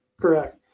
Correct